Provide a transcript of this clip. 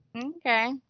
Okay